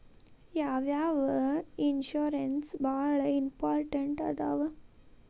ಯಾವ್ಯಾವ ಇನ್ಶೂರೆನ್ಸ್ ಬಾಳ ಇಂಪಾರ್ಟೆಂಟ್ ಅದಾವ?